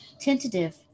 tentative